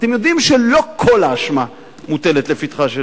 אתם יודעים שלא כל האשמה מוטלת לפתחה של